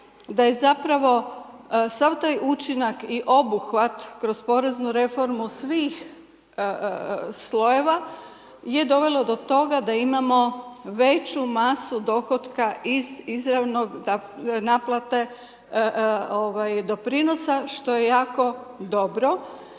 da je zapravo sav taj učinak i obuhvat kroz poreznu reformu, svih slojeva, je dovelo do toga da imamo veću masu dohotka iz izravne naplate doprinosa, što je jako dobro.